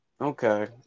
Okay